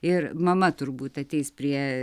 ir mama turbūt ateis prie